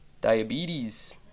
diabetes